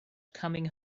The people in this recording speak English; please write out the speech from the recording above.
coming